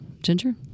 Ginger